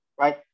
Right